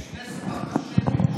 יש נס פך השמן.